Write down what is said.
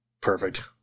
Perfect